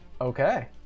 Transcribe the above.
Okay